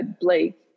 Blake